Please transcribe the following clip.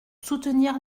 soutenir